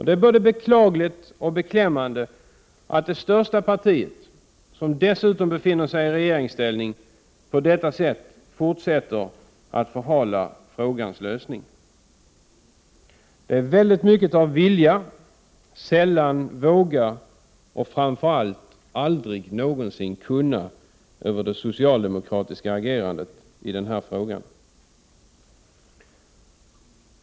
Det är både beklagligt och beklämmande att det största partiet, som dessutom befinner sig i regeringsställning, på detta sätt fortsätter att förhala problemets lösning. Det är mycket av vilja, sällan våga och framför allt aldrig någonsin kunna över det socialdemokratiska agerandet i denna fråga.